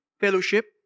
fellowship